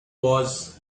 was